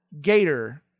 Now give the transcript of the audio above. gator